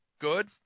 good